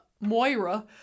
Moira